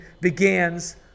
begins